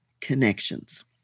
connections